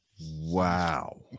Wow